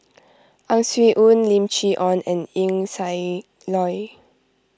Ang Swee Aun Lim Chee Onn and Eng Siak Loy